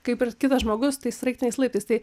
kaip ir kitas žmogus tais sraigtiniais laiptais tai